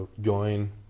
join